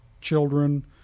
children